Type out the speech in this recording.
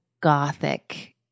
Gothic